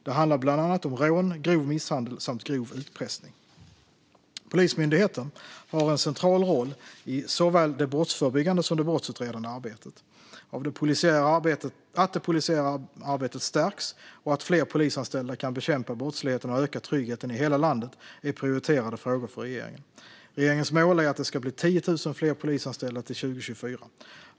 Det handlar bland annat om rån, grov misshandel och grov utpressning. Polismyndigheten har en central roll i såväl det brottsförebyggande som det brottsutredande arbetet. Att det polisiära arbetet stärks och att fler polisanställda kan bekämpa brottsligheten och öka tryggheten i hela landet är prioriterade frågor för regeringen. Regeringens mål är att det ska bli 10 000 fler polisanställda till 2024.